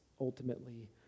ultimately